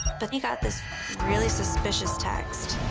but he got this really suspicious text.